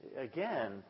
again